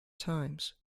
times